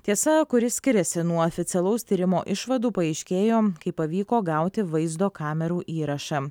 tiesa kuri skiriasi nuo oficialaus tyrimo išvadų paaiškėjo kai pavyko gauti vaizdo kamerų įrašą